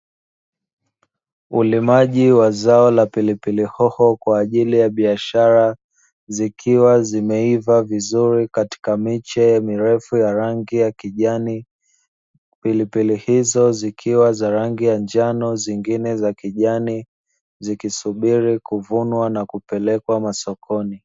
Ulimaji wa zao la pilipili hoho kwa ajili ya biashara, zikiwa zimeiva vizuri katika miche mirefu ya rangi ya kijani, pilipili hizo zikiwa za rangi ya njano nyingine za kijani, zikisubiri kuvunwa na kupelekwa masokoni.